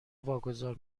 واگذار